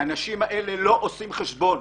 האנשים האלו לא עושים חשבון